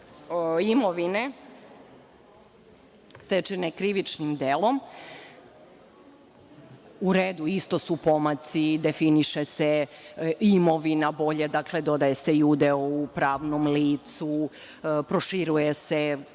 imovine stečene krivičnim delom. U redu, isto su pomaci, definiše se imovina bolje, dodaje se i udeo u pravnom licu, proširuje se